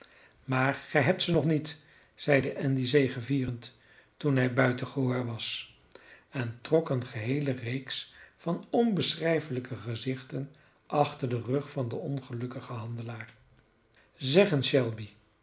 maar gij hebt ze nog niet zeide andy zegevierend toen hij buiten gehoor was en trok een geheele reeks van onbeschrijfelijke gezichten achter den rug van den ongelukkigen handelaar zeg eens shelby